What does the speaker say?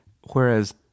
Whereas